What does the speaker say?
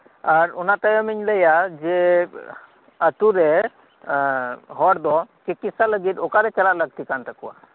ᱟᱨ ᱚᱱᱟᱛᱟᱭᱚᱢᱤᱧ ᱞᱟᱹᱭᱟ ᱡᱮᱹ ᱟᱛᱳᱨᱮ ᱦᱚᱲᱫᱚ ᱪᱤᱠᱤᱛᱥᱟ ᱞᱟᱹᱜᱤᱫ ᱚᱠᱟᱨᱮ ᱪᱟᱞᱟᱜ ᱞᱟᱹᱠᱛᱤᱠᱟᱱ ᱛᱟᱠᱚᱣᱟ